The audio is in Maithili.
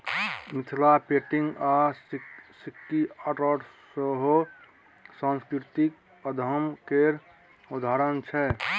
मिथिला पेंटिंग आ सिक्की आर्ट सेहो सास्कृतिक उद्यम केर उदाहरण छै